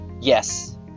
Yes